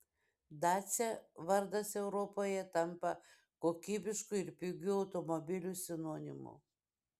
dacia vardas europoje tampa kokybiškų ir pigių automobilių sinonimu